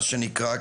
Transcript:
מה שנקרא,